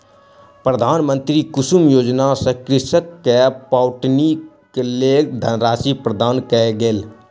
प्रधानमंत्री कुसुम योजना सॅ कृषक के पटौनीक लेल धनराशि प्रदान कयल गेल